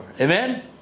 Amen